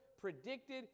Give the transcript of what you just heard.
predicted